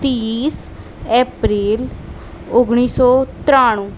ત્રીસ એપ્રિલ ઓગણીસો ત્રાણું